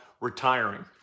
Retiring